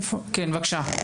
כן בבקשה.